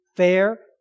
Fair